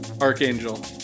archangel